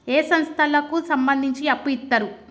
ఏ సంస్థలకు సంబంధించి అప్పు ఇత్తరు?